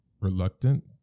reluctant